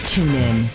TuneIn